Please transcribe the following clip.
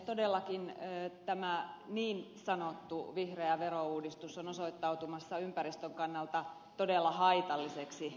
todellakin tämä niin sanottu vihreä verouudistus on osoittautumassa ympäristön kannalta todella haitalliseksi uudistukseksi